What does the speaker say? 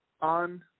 on –